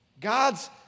God's